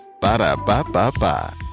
ba-da-ba-ba-ba